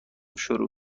شروع